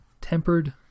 Tempered